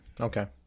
Okay